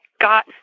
got